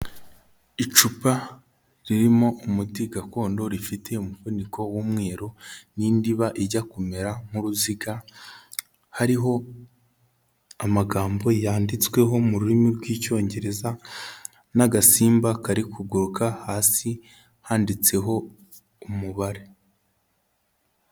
Icupa ririmo umuti gakondo rifite umufuniko w'umweru n'indiba ijya kumera nk'uruziga, hariho amagambo yanditsweho mu rurimi rw'Icyongereza n'agasimba kari kuguruka hasi handitseho umubare.